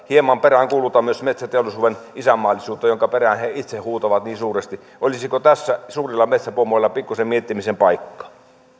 hieman peräänkuulutan myös metsäteollisuuden isänmaallisuutta jonka perään he itse huutavat niin suuresti olisiko tässä suurilla metsäpomoilla pikkuisen miettimisen paikka